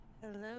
Hello